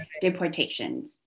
deportations